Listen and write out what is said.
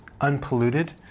unpolluted